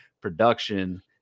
production